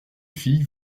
fille